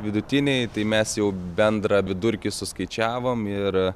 vidutiniai tai mes jau bendrą vidurkį suskaičiavom ir